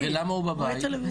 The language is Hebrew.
למה הוא בבית?